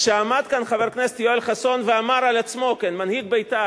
כשעמד כאן חבר הכנסת יואל חסון ואמר על עצמו כמנהיג בית"ר: